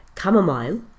Chamomile